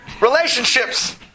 Relationships